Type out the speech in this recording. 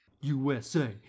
USA